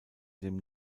dem